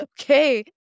okay